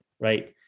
right